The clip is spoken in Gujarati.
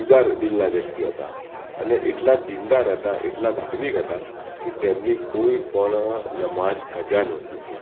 ઉદાર દિલના વ્યક્તિ હતા અને એટલા જ દીનદાર હતા અને એટલા ધાર્મિક હતા કે તેમની કોઈ પણ નમાજ કજા નહોતી થઈ